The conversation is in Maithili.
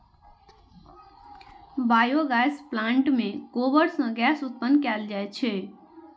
बायोगैस प्लांट मे गोबर सं गैस उत्पन्न कैल जाइ छै